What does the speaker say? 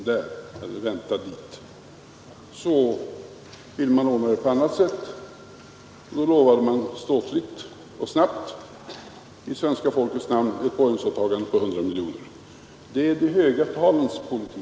Men man ville ordna på annat sätt och lovade då ståtligt och snabbt i svenska folkets namn ett borgensåtagande på 100 miljoner kronor. Det är de höga talens politik.